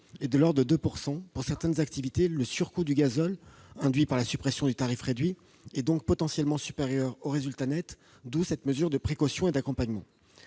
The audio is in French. est de l'ordre de 2 %. Pour certaines activités, le surcoût de gazole induit par la suppression du tarif réduit est donc potentiellement supérieur au résultat net de l'entreprise ; d'où cette mesure de précaution et d'accompagnement.